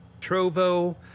Trovo